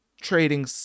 trading